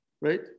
right